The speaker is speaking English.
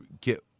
get